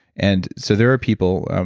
and so there are people,